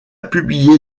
publié